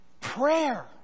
prayer